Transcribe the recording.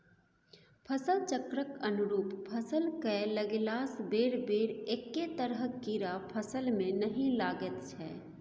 फसल चक्रक अनुरूप फसल कए लगेलासँ बेरबेर एक्के तरहक कीड़ा फसलमे नहि लागैत छै